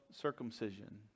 circumcision